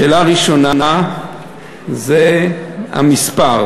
שאלה ראשונה זה המספר.